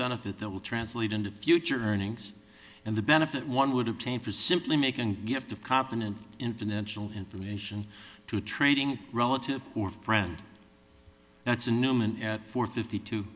benefit that will translate into future earnings and the benefit one would obtain for simply making gift of confidence in financial information to a trading relative or friend that's a nominee at four fifty two